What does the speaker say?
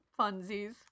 funsies